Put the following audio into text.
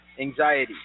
anxiety